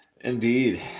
Indeed